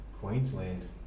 Queensland